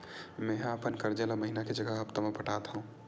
मेंहा अपन कर्जा ला महीना के जगह हप्ता मा पटात हव